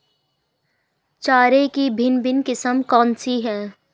चारे की भिन्न भिन्न किस्में कौन सी हैं?